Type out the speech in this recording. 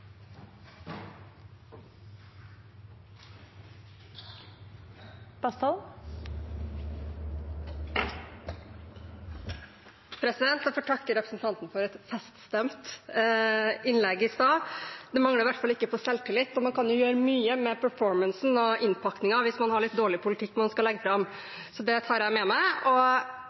Jeg får takke representanten for et feststemt innlegg i stad. Det manglet i hvert fall ikke på selvtillit, og man kan gjøre mye med performancen og innpakningen hvis man har litt dårlig politikk å legge fram. Det tar jeg med meg.